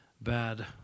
bad